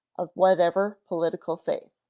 of whatever political faith.